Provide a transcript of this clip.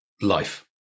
life